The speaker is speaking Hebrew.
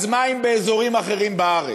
אז מה אם באזורים אחרים בארץ?